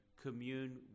commune